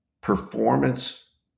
performance